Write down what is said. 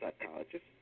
psychologist